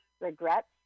regrets